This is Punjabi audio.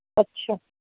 ਅੱਛਾ